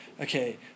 okay